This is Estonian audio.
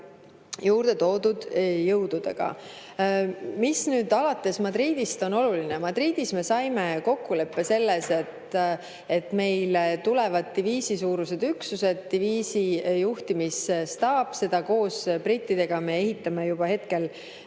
juurde toodud jõududega. Mis nüüd alates Madridist on oluline? Madridis me saime kokkuleppe selles, et meile tulevad diviisisuurused üksused, diviisi juhtimisstaap, seda me koos brittidega ehitame juba hetkel